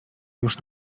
już